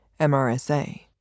MRSA